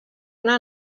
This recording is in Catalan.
una